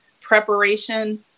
preparation